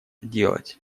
делать